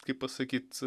kaip pasakyt